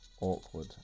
awkward